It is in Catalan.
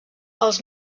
els